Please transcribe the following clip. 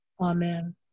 amen